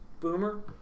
Boomer